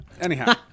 Anyhow